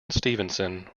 stevenson